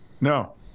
no